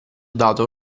dato